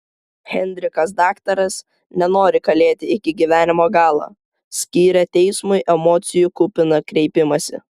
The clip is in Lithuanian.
henrikas daktaras nenori kalėti iki gyvenimo galo skyrė teismui emocijų kupiną kreipimąsi